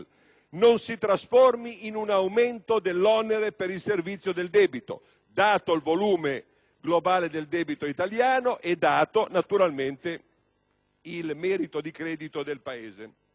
non si trasformi in un aumento dell'onere per il servizio del debito, dato il volume globale del debito italiano e dato, naturalmente, il merito di credito del Paese?